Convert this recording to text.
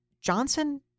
Johnson